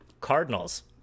Cardinals